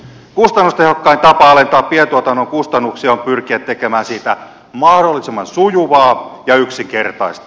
kustannustehokkain tapa alentaa pientuotannon kustannuksia on pyrkiä tekemään siitä mahdollisimman sujuvaa ja yksinkertaista